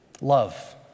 Love